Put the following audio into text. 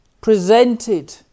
presented